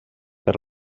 per